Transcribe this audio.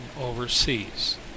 overseas